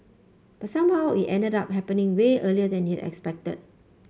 but somehow it ended up happening way earlier than he expected